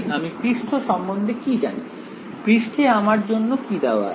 আমি পৃষ্ঠ সম্বন্ধে কি জানি পৃষ্ঠে আমার জন্য কি দেওয়া আছে